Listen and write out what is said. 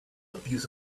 abuse